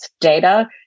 data